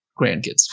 grandkids